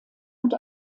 und